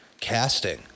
casting